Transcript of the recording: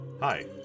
Hi